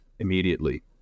immediately